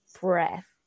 breath